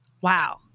Wow